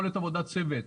יכולת עבודת צוות.